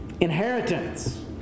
inheritance